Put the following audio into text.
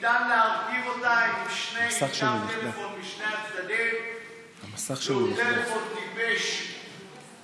נגד האב בשל הקשר עם הילדים והרצון שלה ליחסים טובים עימו,